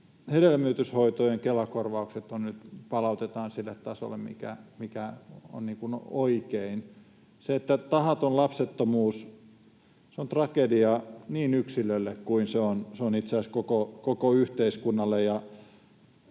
hedelmöityshoitojen Kela-korvaukset nyt palautetaan sille tasolle, mikä on oikein. Tahaton lapsettomuus, se on tragedia niin yksilölle kuin itse asiassa koko yhteiskunnalle.